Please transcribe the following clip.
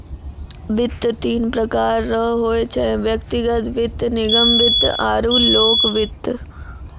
वित्त तीन प्रकार रो होय छै व्यक्तिगत वित्त निगम वित्त आरु लोक वित्त